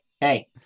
hey